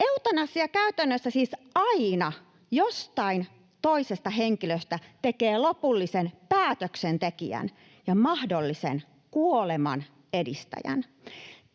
Eutanasia käytännössä siis aina jostain toisesta henkilöstä tekee lopullisen päätöksentekijän ja mahdollisen kuoleman edistäjän.